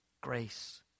grace